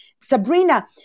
Sabrina